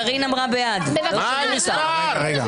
רבותיי,